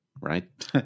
right